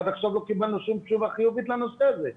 עד עכשיו לא קיבלנו שום תשובה חיובית לנושא הזה.